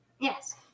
Yes